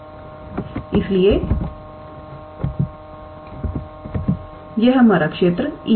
इसलिए यह हमारा क्षेत्र E है